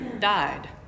died